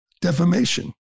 defamation